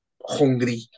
hungry